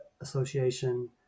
association